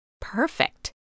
perfect